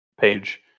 page